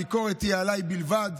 הביקורת תהיה עליי בלבד.